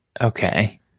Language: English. Okay